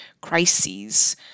crises